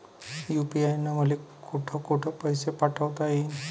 UPI न मले कोठ कोठ पैसे पाठवता येईन?